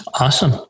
Awesome